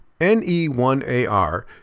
NE1AR